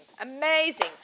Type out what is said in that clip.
Amazing